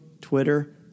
Twitter